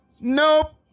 nope